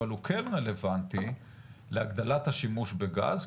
אבל הוא כן רלוונטי להגדלת השימוש בגז,